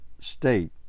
state